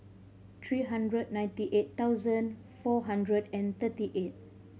three hundred ninety eight thousand four hundred and thirty eight